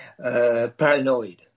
paranoid